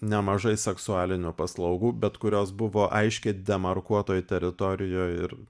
nemažai seksualinių paslaugų bet kurios buvo aiškiai demarkuotojoj teritorijoj ir